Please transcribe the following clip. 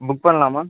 book பண்ணலாமா